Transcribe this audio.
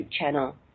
channel